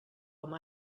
amb